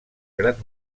grans